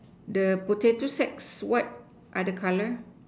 the potato sacks what are the color